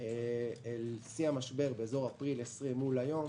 על שיא המשבר, בסביבות אפריל 20, אל מול היום,